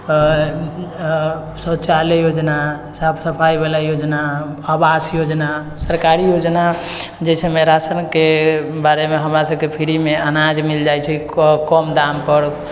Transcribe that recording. शौचालय योजना साफ सफाइबाला योजना आवास योजना सरकारी योजना जेनामे राशनके बारेमे हमरा सभकेँ फ्रीमे अनाज मिल जाइत छै कऽ कम दाम पर